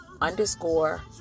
underscore